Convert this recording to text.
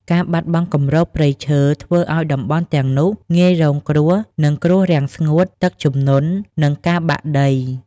ការបាត់បង់គម្របព្រៃឈើធ្វើឱ្យតំបន់ទាំងនោះងាយរងគ្រោះនឹងគ្រោះរាំងស្ងួត ទឹកជំនន់ និងការបាក់ដី។